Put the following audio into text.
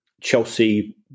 Chelsea